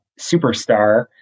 superstar